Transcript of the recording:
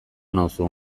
nauzu